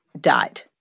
died